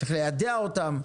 צריך ליידע אותם,